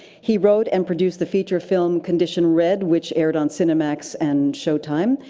he wrote and produced the feature film condition red which aired on cinemax and showtime.